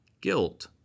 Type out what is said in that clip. guilt